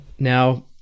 Now